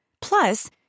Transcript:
Plus